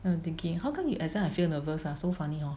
then I thinking how come you exam I feel nervous ah so funny hor